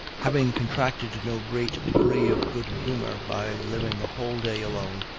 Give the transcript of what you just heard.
having contracted no great degree of good-humor by living a whole day alone,